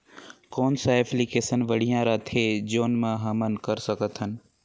कौन सा एप्लिकेशन बढ़िया रथे जोन ल हमन कर सकथन?